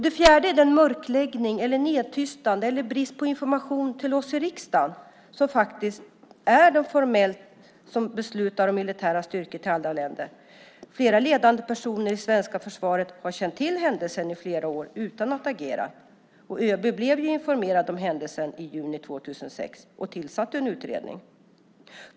Det fjärde området är mörkläggning, nedtystande och brist på information till oss i riksdagen som faktiskt är de som formellt beslutar att sända militära styrkor till andra länder. Flera ledande personer i svenska försvaret har känt till händelsen i flera år utan att ha agerat. ÖB blev informerad om händelsen i juni 2006 och tillsatte en utredning.